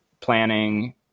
planning